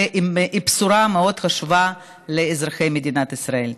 והיא בשורה מאוד חשובה לאזרחי מדינת ישראל.